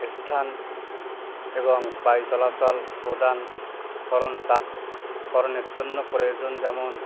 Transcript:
স্থান এবং বায়ু চলাচল প্রদানকরণ চাপকরণের জন্য প্রয়োজন যেমন